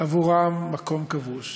עבורם מקום כבוש.